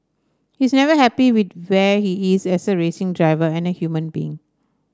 he is never happy with where he is as a racing driver and a human being